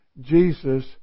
Jesus